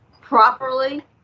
properly